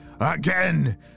again